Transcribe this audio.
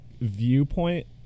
viewpoint